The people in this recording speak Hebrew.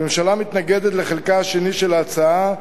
הממשלה מתנגדת לחלקה השני של ההצעה,